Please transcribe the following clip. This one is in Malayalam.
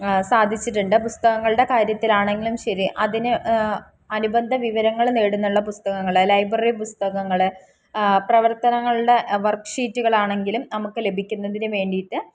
സാധിച്ചിട്ടുണ്ട് പുസ്തകങ്ങളുടെ കാര്യത്തിലാണെങ്കിലും ശരി അതിന് അനുബന്ധ വിവരങ്ങള് നേടുന്നതിനുള്ള പുസ്തകങ്ങള് ലൈബ്രറി പുസ്തകങ്ങള് പ്രവർത്തനങ്ങളുടെ വർക്ക് ഷീറ്റുകളാണെങ്കിലും നമുക്ക് ലഭിക്കുന്നതിന് വേണ്ടിയിട്ട്